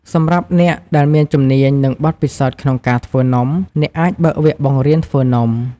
សម្រាប់អ្នកដែលមានជំនាញ និងបទពិសោធន៍ក្នុងការធ្វើនំ អ្នកអាចបើកវគ្គបង្រៀនធ្វើនំ។